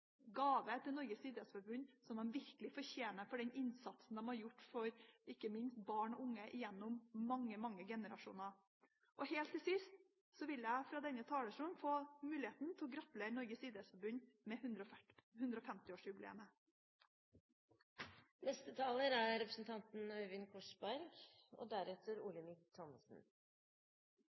gave til Norges idrettsforbund, som de virkelig fortjener for den innsatsen de har gjort for ikke minst barn og unge gjennom mange generasjoner. Helt til sist vil jeg fra denne talerstolen gratulere Norges idrettsforbund med 150-årsjubileet. La meg bare starte der forrige taler avsluttet, nemlig med å gratulere Norges idrettsforbund med 150-årsjubileet. Det er